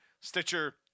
Stitcher